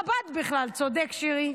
שליח חב"ד בכלל, צודק, שירי.